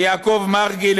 ליעקב מרגי,